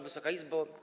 Wysoka Izbo!